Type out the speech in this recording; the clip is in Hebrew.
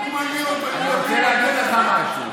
אני רוצה להגיד לך משהו.